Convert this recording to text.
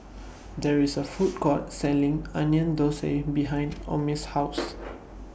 There IS A Food Court Selling Onion Thosai behind Omie's House